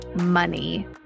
money